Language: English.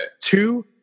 Two